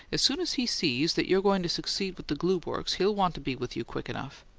as soon as he sees that you're going to succeed with the glue-works he'll want to be with you quick enough.